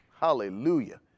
Hallelujah